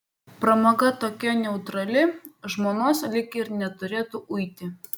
pramoga tokia neutrali žmonos lyg ir neturėtų uiti